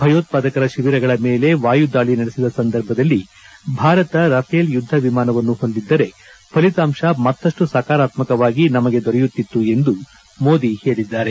ಭಯೋತ್ಪಾದಕರ ಶಿಬಿರಗಳ ಮೇಲೆ ವಾಯುದಾಳಿ ನಡೆಸಿದ ಸಂದರ್ಭದಲ್ಲಿ ಭಾರತ ರಫೇಲ್ ಯುದ್ಧ ವಿಮಾನವನ್ನು ಹೊಂದಿದ್ದರೆ ಫಲಿತಾಂಶ ಮತ್ತಷ್ಟು ಸಕರಾತ್ಮವಾಗಿ ನಮಗೆ ದೊರೆಯುತ್ತಿತ್ತು ಎಂದು ಮೋದಿ ಹೇಳಿದ್ದಾರೆ